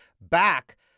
back